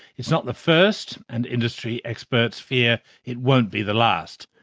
it's not the first and industry experts fear it won't be the last.